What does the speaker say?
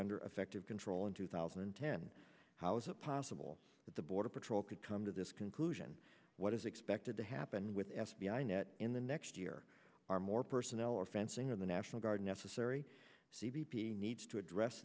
under affective control in two thousand and ten how is it possible that the border patrol could come to this conclusion what is expected to happen with f b i net in the next year or more personnel or fencing or the national guard necessary c b p needs to address